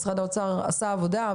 גם משרד האוצר עשה עבודה,